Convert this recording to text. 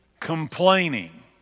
complaining